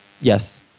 Yes